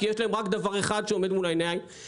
אם לא תדברו בקול של תחרות והוזלה,